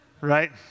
Right